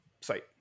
site